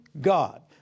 God